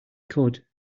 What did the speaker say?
could